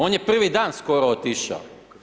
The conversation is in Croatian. On je prvi dan skoro otišao.